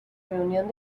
reunión